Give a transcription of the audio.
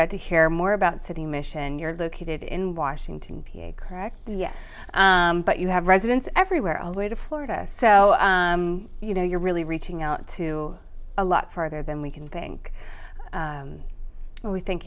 got to hear more about city mission you're located in washington correct yes but you have residence everywhere all the way to florida so you know you're really reaching out to a lot farther than we can think and we thank